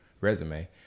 resume